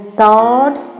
thoughts